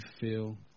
feel